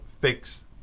fix